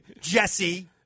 Jesse